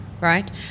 Right